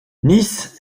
nice